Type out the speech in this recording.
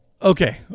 Okay